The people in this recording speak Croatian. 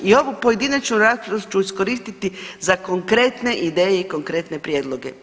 I ovu pojedinačnu raspravu ću iskoristiti za konkretne ideje i konkretne prijedloge.